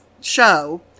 show